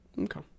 Okay